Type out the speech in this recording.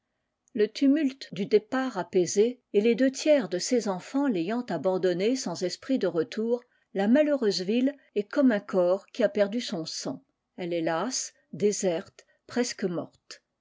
le tumulte du départ apaisé et les deux tiers de ses enfants l'ayant abandonnée sans esprit de retour la malheureuse ville est comme un corps qui a perdu son sang elle est lasse dépresque morte